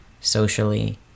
socially